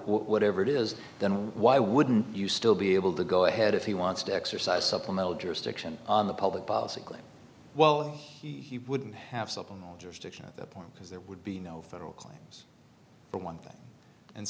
whatever it is then why wouldn't you still be able to go ahead if he wants to exercise supplemental jurisdiction on the public policy claim well he wouldn't have jurisdiction at the point because there would be no federal claims for one thing and